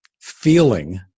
feeling